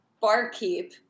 barkeep